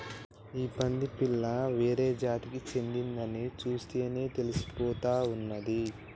ఈ పంది పిల్ల వేరే జాతికి చెందిందని చూస్తేనే తెలిసిపోతా ఉన్నాది